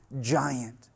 giant